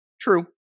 True